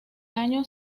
año